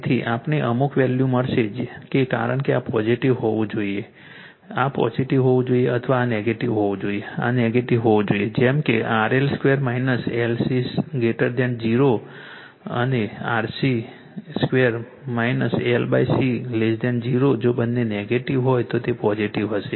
તેથી આપણને અમુક વેલ્યૂ મળશે કે કારણ કે આ પોઝિટીવ હોવું જરૂરી છે આ પોઝિટીવ હોવું જોઈએ અથવા આ નેગેટિવ હોવું જોઈએ આ નેગેટિવ હોવું જોઈએ જેમ કે RL2 LC 0 અને RC2 LC 0 જો બંને નેગેટિવ હોય તો તે પોઝિટીવ હશે